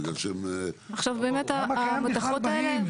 למה קיים בכלל?